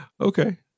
Okay